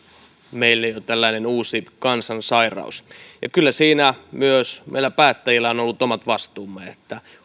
meille jo tällainen uusi kansansairaus kyllä siinä myös meillä päättäjillä on on ollut omat vastuumme